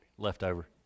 Leftover